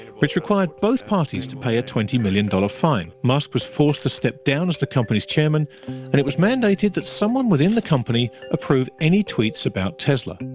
which required both parties to pay a twenty million dollars fine. musk was forced to step down as the company's chairman and it was mandated that someone within the company approve any tweets about tesla,